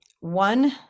one